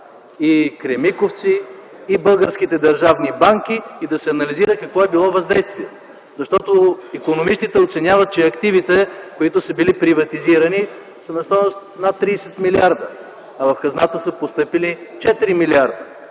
и Кремиковци, и българските държавни банки, и да се анализира какво е било въздействието, защото икономистите оценяват, че активите, които са били приватизирани са на стойност над 30 милиарда, а в хазната са постъпили 4 милиарда.